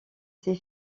ses